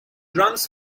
runs